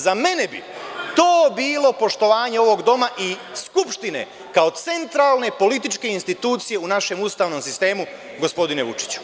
Za mene bi to bilo poštovanje ovog doma i Skupštine kao centralne političke institucije u našem ustavnom sistemu, gospodine Vučiću.